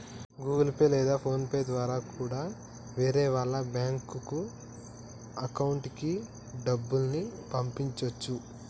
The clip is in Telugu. గుగుల్ పే లేదా ఫోన్ పే ద్వారా కూడా వేరే వాళ్ళ బ్యేంకు అకౌంట్లకి డబ్బుల్ని పంపచ్చు